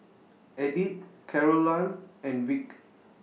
Edith Carolann and Vic